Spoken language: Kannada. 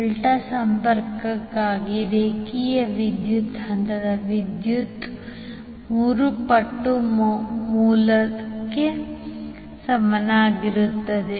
ಡೆಲ್ಟಾ ಸಂಪರ್ಕಕ್ಕಾಗಿ ರೇಖೆಯ ವಿದ್ಯುತ್ ಹಂತದ ವಿದ್ಯುತ್ 3 ಪಟ್ಟು ಮೂಲಕ್ಕೆ ಸಮಾನವಾಗಿರುತ್ತದೆ